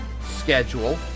schedule